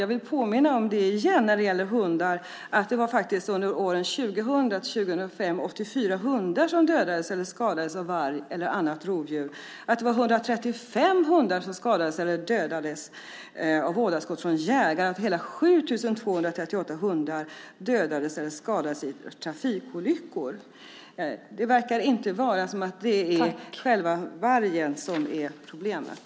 Jag vill påminna om att det under åren 2000-2005 var 84 hundar som dödades eller skadades av varg eller annat rovdjur, 135 hundar som skadades eller dödades av vådaskott från jägare och hela 7 238 hundar som dödades eller skadades i trafikolyckor. Det verkar inte vara vargen som är problemet.